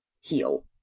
heal